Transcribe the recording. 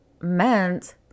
meant